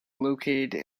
located